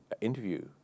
interview